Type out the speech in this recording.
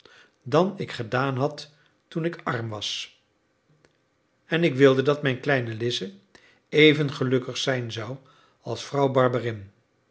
dan ik gedaan had toen ik arm was en ik wilde dat mijn kleine lize even gelukkig zijn zou als vrouw